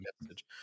message